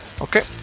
Okay